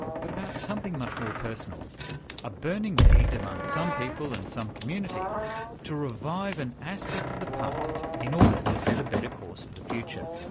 but about something much more personal a burning need among some people and some communities to revive an aspect of the past in order to set a better course for the future.